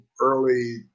early